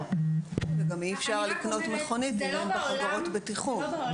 אי אפשר --- מה תגידי?